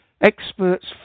Experts